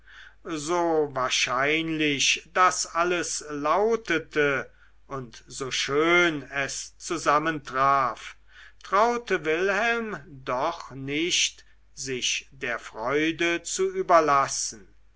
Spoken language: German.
so wahrscheinlich das alles lautete und so schön es zusammentraf traute wilhelm doch noch nicht sich der freude zu überlassen